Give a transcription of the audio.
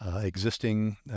existing